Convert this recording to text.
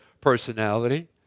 personality